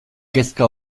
kezka